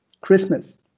Christmas